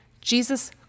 Jesus